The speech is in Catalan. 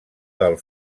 del